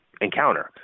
encounter